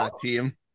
team